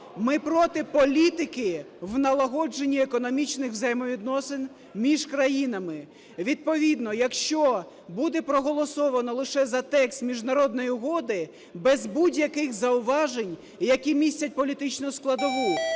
Ми проти політики в налагодженні економічних взаємовідносин між країнами. Відповідно якщо буде проголосовано лише за текст міжнародної угоди без будь-яких зауважень, які містять політичну складову,